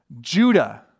Judah